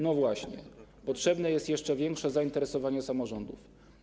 No właśnie, potrzebne jest jeszcze większe zainteresowanie samorządów.